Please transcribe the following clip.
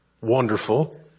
Wonderful